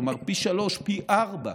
כלומר, פי שלושה או פי ארבעה.